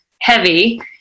heavy